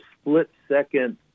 split-second